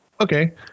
Okay